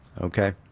Okay